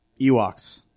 Ewoks